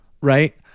right